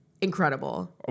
Incredible